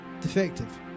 defective